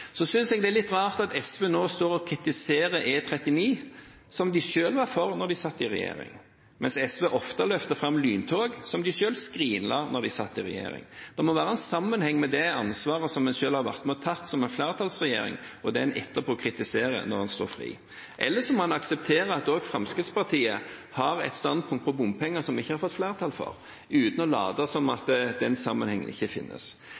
Jeg synes det er litt rart at SV nå står og kritiserer E39, som de selv var for da de satt i regjering, mens SV ofte løfter fram lyntog, som de selv skrinla da de satt i regjering. Det må være en sammenheng mellom det ansvaret en selv har vært med på å ta som en flertallsregjering, og det en etterpå kritiserer når en står fri. Ellers må en akseptere at også Fremskrittspartiet har et standpunkt om bompenger som en ikke har fått flertall for, uten å late som om den sammenhengen ikke finnes.